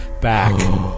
Back